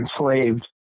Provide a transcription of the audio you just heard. enslaved